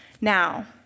now